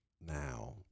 Now